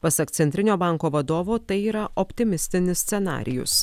pasak centrinio banko vadovo tai yra optimistinis scenarijus